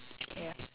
ya